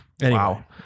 wow